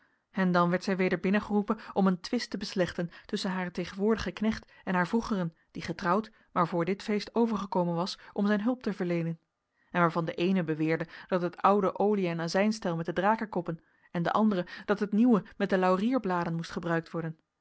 en dan werd zij weder binnengeroepen om een twist te beslechten tusschen haar tegenwoordigen knecht en haar vroegeren die getrouwd maar voor dit feest overgekomen was om zijn hulp te verleenen en waarvan de eene beweerde dat het oude olie en azijnstel met de drakenkoppen en de andere dat het nieuwe met de laurierbladen moest gebruikt worden